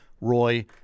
Roy